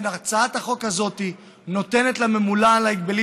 הצעת החוק הזאת נותנת לממונה על ההגבלים